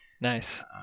Nice